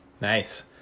nice